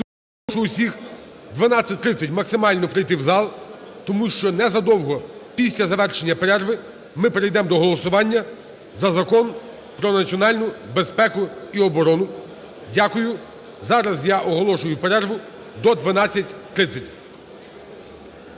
я прошу усіх о 12:30 максимально прийти в зал, тому що незадовго після завершення перерви ми перейдемо до голосування за Закон про національну безпеку і оборону. Дякую. Зараз я оголошую перерву до 12:30.